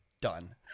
Done